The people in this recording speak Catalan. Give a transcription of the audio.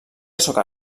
soca